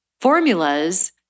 formulas